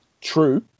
true